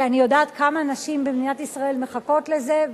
אני יודעת כמה נשים במדינת ישראל מחכות לזה.